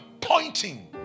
pointing